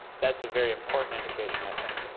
that's a very important indication, i think, and